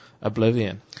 oblivion